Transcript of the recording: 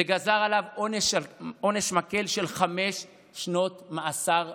וגזר עליו עונש מקל של חמש שנות מאסר בלבד.